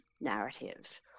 narrative